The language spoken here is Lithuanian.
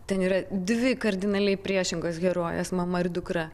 ten yra dvi kardinaliai priešingos herojės mama ir dukra